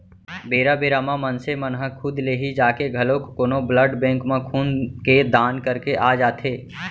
बेरा बेरा म मनसे मन ह खुद ले ही जाके घलोक कोनो ब्लड बेंक म खून के दान करके आ जाथे